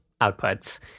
outputs